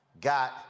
got